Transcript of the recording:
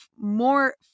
more